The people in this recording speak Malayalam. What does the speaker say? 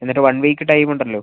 എന്നിട്ട് വൺ വീക്ക് ടൈം ഉണ്ടല്ലോ